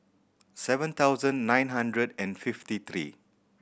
seven thousand nine hundred and fifty three